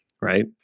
Right